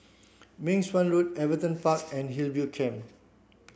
Meng Suan Road Everton Park and Hillview Camp